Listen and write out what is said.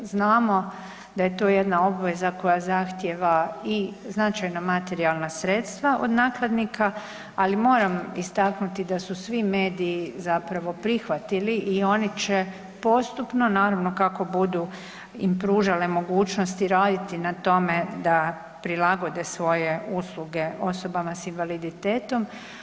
Znamo da je to jedna obveza koja zahtijeva i značajna materijalna sredstva od nakladnika, ali moram istaknuti da su svi mediji zapravo prihvatili i oni će postupno naravno kako budu im pružale mogućnosti raditi na tome da prilagode svoje usluge osobama sa invaliditetom.